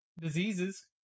Diseases